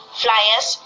flyers